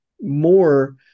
more